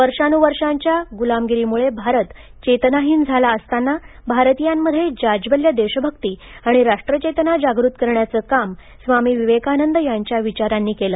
वर्षानुवर्षांच्या गुलामीगिरीमुळे भारत चेतनाहीन झाला असताना भारतीयांमध्ये जाज्वल्य देशभक्ती आणि राष्ट्रचेतना जागृत करण्याचं काम स्वामी विवेकानंद यांच्या विचारांनी केलं